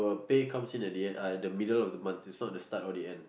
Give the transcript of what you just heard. pay comes in at the end uh the middle of the month is not the start or the end